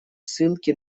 ссылки